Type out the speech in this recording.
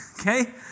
Okay